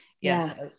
Yes